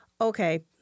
Okay